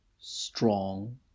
strong